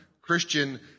Christian